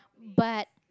but